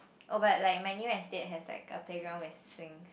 oh but like like my new estate has like a playground with swings